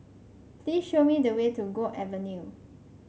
please show me the way to Guok Avenue